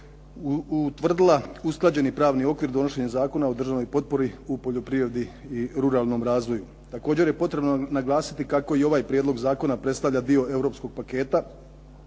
utvrdila usklađeni pravni okvir donošenjem Zakona o državnoj potpori u poljoprivredi i ruralnom razvoju. Također je potrebno naglasiti kako i ovaj prijedlog zakona predstavlja dio europskog paketa,